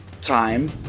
time